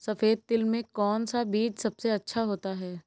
सफेद तिल में कौन सा बीज सबसे अच्छा होता है?